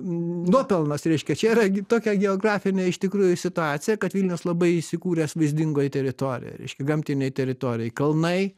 nuopelnas reiškia čia yra tokia geografinė iš tikrųjų situacija kad vilnius labai įsikūręs vaizdingoje teritorijoje reiškia gamtinėj teritorijoj kalnai